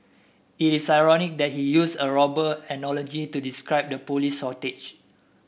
it is ironic that he used a robber analogy to describe the police shortage